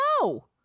no